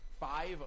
Five